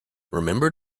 remember